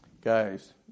guys